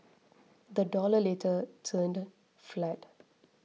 the dollar later turned flat